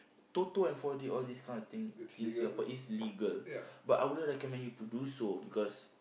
Toto and four-D all this kind of thing in Singapore is legal but I wouldn't recommend you to do so because